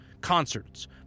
concerts